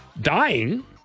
dying